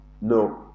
no